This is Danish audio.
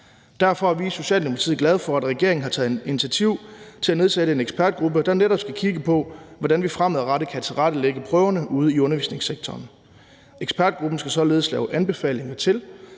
Derfor er vi i Socialdemokratiet glade for, at regeringen har taget initiativ til at nedsætte en ekspertgruppe, der netop skal kigge på, hvordan vi fremadrettet kan tilrettelægge prøverne ude i undervisningssektoren. Ekspertgruppen skal således lave anbefalinger til,